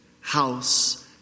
house